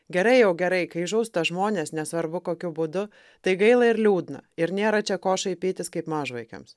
gerai jau gerai kai žūsta žmonės nesvarbu kokiu būdu tai gaila ir liūdna ir nėra čia ko šaipytis kaip mažvaikiams